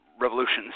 revolutions